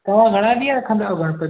तव्हां घणा ॾींहं रखंदा आहियो गणपति